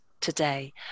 today